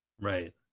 Right